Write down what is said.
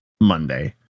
Monday